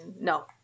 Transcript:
No